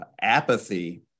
apathy